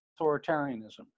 authoritarianism